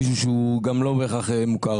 מישהו שהוא גם לא כל כך מוכר